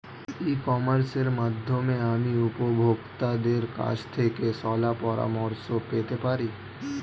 ই কমার্সের মাধ্যমে আমি উপভোগতাদের কাছ থেকে শলাপরামর্শ পেতে পারি?